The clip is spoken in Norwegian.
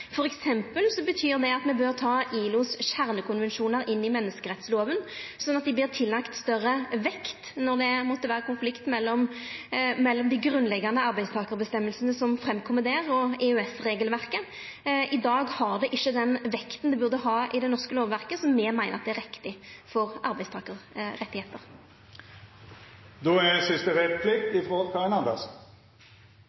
betyr det at me bør ta ILOs kjernekonvensjonar inn i menneskerettsloven, slik at dei vert tillagde større vekt når det måtte vera konflikt mellom dei grunnleggjande arbeidstakarføresegnene som kjem fram der, og EØS-regelverket. I dag har dei ikkje den vekta dei burde ha i det norske lovverket som me meiner er riktig for arbeidstakarrettar. Det er